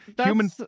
Human